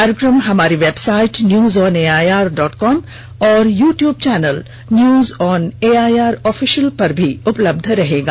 कार्यक्रम हमारी website news on AIR dot com और YouTube channel news on AIR official पर भी उपलब्यल रहेगा